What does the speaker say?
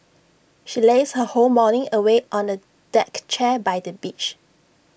she lazed her whole morning away on A deck chair by the beach